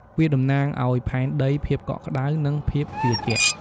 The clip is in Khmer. វាតំណាងឱ្យផែនដី ភាពកក់ក្តៅ និងភាពជឿជាក់។